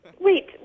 Wait